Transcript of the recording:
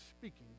speaking